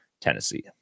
Tennessee